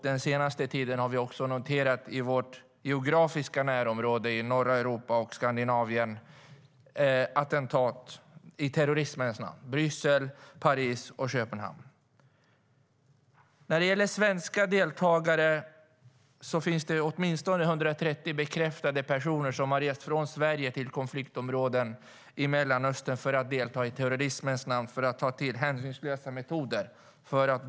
Den senaste tiden har vi också i vårt geografiska närområde i norra Europa och Skandinavien noterat attentat i terrorismens namn - i Bryssel, Paris och Köpenhamn.När det gäller svenska deltagare finns det åtminstone 130 bekräftade personer som har rest från Sverige till konfliktområden i Mellanöstern för att i terrorismens namn döda med hänsynslösa metoder.